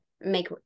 Make